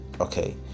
okay